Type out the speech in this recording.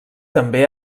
també